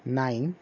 nine